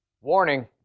Warning